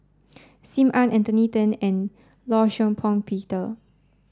Sim Ann Anthony Then and Law Shau Pong Peter